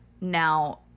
now